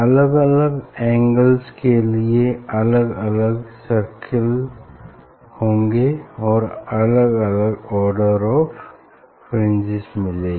अलग अलग एंगल्स के लिए अलग अलग सर्किल होंगे और अलग अलग आर्डर की फ्रिंजेस मिलेंगी